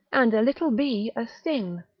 and a little bee a sting.